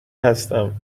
هستم